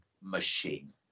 machine